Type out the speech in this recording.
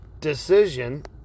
decision